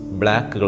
black